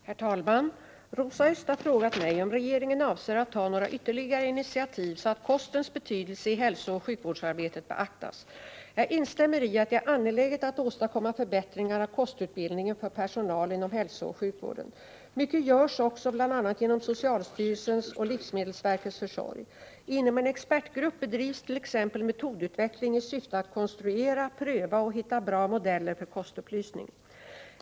Herr talman! Rosa Östh har frågat mig om regeringen avser att ta några ytterligare initiativ så att kostens betydelse i hälsooch sjukvårdsarbetet beaktas. Jag instämmer i att det är angeläget att åstadkomma förbättringar av kostutbildningen för personal inom hälsooch sjukvården. Mycket görs också bl.a. genom socialstyrelsens och livsmedelsverkets försorg. Inom en expertgrupp bedrivs t.ex. metodutveckling i syfte att konstruera, pröva och hitta bra modeller för kostupplysning.